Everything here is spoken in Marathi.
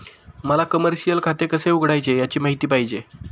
मला कमर्शिअल खाते कसे उघडायचे याची माहिती पाहिजे